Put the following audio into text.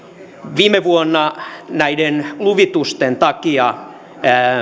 viime vuonna näiden luvitusten takia